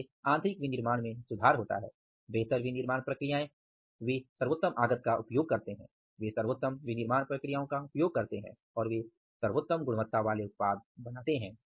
इससे आंतरिक विनिर्माण में सुधार होता है बेहतर विनिर्माण प्रक्रियाएं वे सर्वोत्तम आगत का उपयोग करती हैं वे सर्वोत्तम विनिर्माण प्रक्रियाओं का उपयोग करते हैं और वे सर्वोत्तम गुणवत्ता वाले उत्पाद बनाते हैं